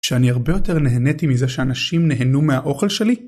כשאני הרבה יותר נהניתי מזה שאנשים נהנו מהאוכל שלי?